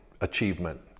Achievement